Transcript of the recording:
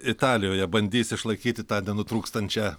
italijoje bandys išlaikyti tą nenutrūkstančią